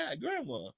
grandma